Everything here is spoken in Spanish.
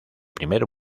primer